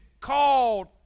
called